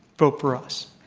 vote for us.